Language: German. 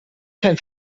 kein